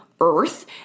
earth